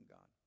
God